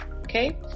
okay